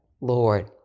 Lord